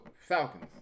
Falcons